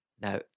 Now